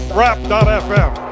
rap.fm